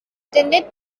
attended